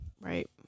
right